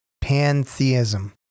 pantheism